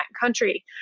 country